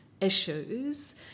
issues